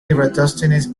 eratosthenes